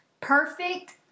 perfect